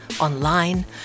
online